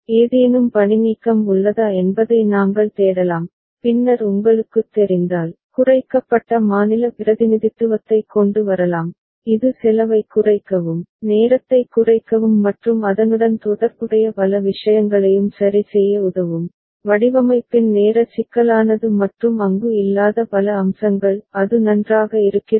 ஏதேனும் பணிநீக்கம் உள்ளதா என்பதை நாங்கள் தேடலாம் பின்னர் உங்களுக்குத் தெரிந்தால் குறைக்கப்பட்ட மாநில பிரதிநிதித்துவத்தைக் கொண்டு வரலாம் இது செலவைக் குறைக்கவும் நேரத்தைக் குறைக்கவும் மற்றும் அதனுடன் தொடர்புடைய பல விஷயங்களையும் சரி செய்ய உதவும் வடிவமைப்பின் நேர சிக்கலானது மற்றும் அங்கு இல்லாத பல அம்சங்கள் அது நன்றாக இருக்கிறதா